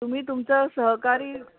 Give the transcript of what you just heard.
तुम्ही तुमचं सहकारी